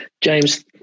James